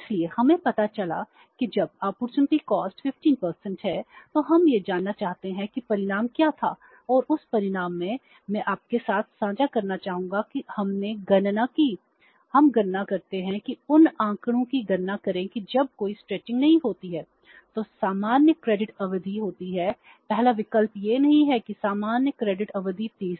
इसलिए हमें पता चला कि जब अपॉर्चुनिटी कॉस्ट 30